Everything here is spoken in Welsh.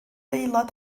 aelod